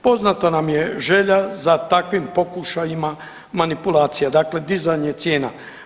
Poznata nam je želja za takvim pokušajima manipulacije dakle, dizanja cijena.